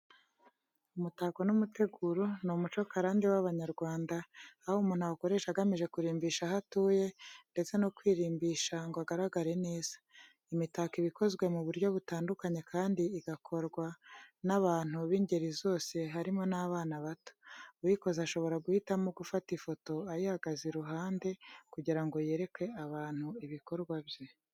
Umutako n’umuteguro, ni umuco karande w’Abanyarwanda, aho umuntu awukoresha agamije kurimbisha aho atuye, ndetse no kwirimbisha ngo agaragare neza. Imitako iba ikozwe mu buryo butandukanye kandi igakorwa n'abantu b'ingeri zose harimo n'abana bato. Uyikoze ashobora guhitamo gufata ifoto ayihagaze iruhande kugirango yereke abantu ibikorwa bye.